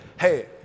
hey